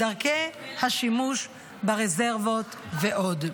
את דרכי השימוש ברזרבות ועוד.